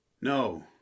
No